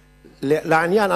לעניין,